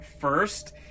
first